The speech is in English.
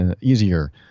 easier